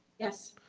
yes.